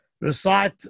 recite